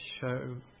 show